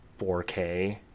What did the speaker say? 4k